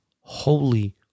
Holy